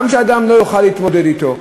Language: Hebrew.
גם כדי שאדם לא יוכל להתמודד אתה,